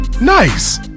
Nice